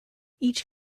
each